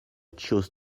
chose